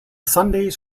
sundays